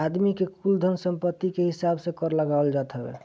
आदमी के कुल धन सम्पत्ति कअ हिसाब से कर लगावल जात हवे